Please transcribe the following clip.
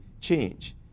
change